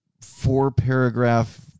four-paragraph